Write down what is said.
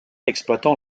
exploitant